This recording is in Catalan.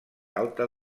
alta